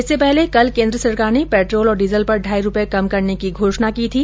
इससे पहले कल केन्द्र सरकार ने पेट्रोल और डीजल पर ढाई रूपये कम करने की घोषणा की थी